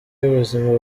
y’ubuzima